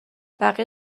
بقیه